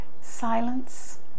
Silence